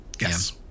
Yes